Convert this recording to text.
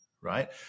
right